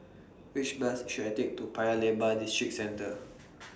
Which Bus should I Take to Paya Lebar Districentre